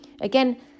Again